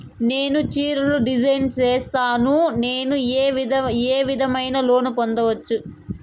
నేను చీరలు డిజైన్ సేస్తాను, నేను ఏ విధమైన లోను పొందొచ్చు